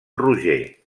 roger